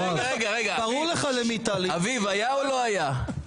רגע, אביב, היה או לא היה?